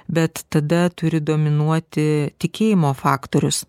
bet tada turi dominuoti tikėjimo faktorius